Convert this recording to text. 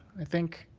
i think